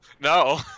No